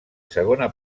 segona